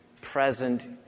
Present